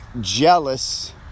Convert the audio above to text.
jealous